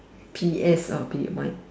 P S not P Y